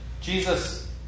Jesus